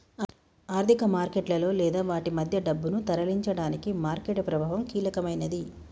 ఆర్థిక మార్కెట్లలో లేదా వాటి మధ్య డబ్బును తరలించడానికి మార్కెట్ ప్రభావం కీలకమైనది